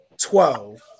Twelve